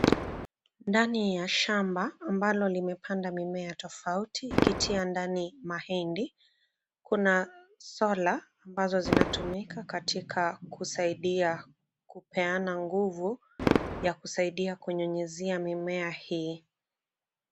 Ndani ya shamba ambalo limepandwa mimea tofauti, ikitia ndani mahindi. Kuna sola ambazo zinatumika katika kusaidia kupeana nguvu ya kusaidia kunyunyuzia mimea hii.